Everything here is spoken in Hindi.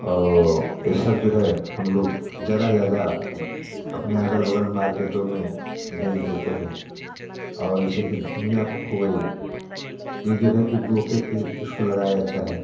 और ए सब जो है हम लोग ज़्यादा ज़्यादा अपने अगल बगल में मार्केटों में बेच देते हैं और जैसे के धनिया हो गई ए जो है कि बोके फिर इसको लगाया जाता है